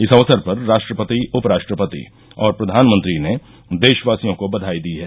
इस अवसर पर राष्ट्रपतिउपराष्ट्रपति और प्रधानमंत्री ने देशवासियों को बधाई दी है